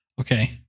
okay